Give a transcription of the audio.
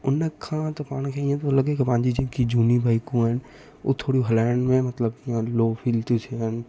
हुन खां त पाण खे इअं पियो लॻे पंहिंजी जेकी झूनी बाइकूं आहिनि हू थोरी हलाइण में मतलबु लो फ़ील थियूं थिअनि